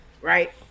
right